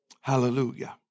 Hallelujah